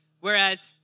Whereas